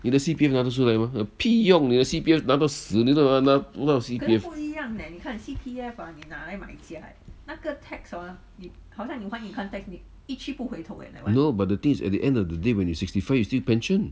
你的 C_P_F 拿的出来吗屁用你的 C_P_F 拿到死你你都拿不到 C_P_F no but the thing is at the end of the day when you sixty five you still pension